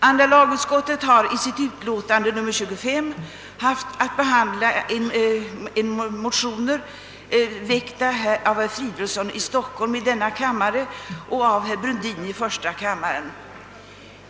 Andra lagutskottet har i sitt utlåtande nr 25 haft att behandla motioner väckta av herr Fridolfsson i Stockholm i denna kammare och av herr Brundin i första kammaren.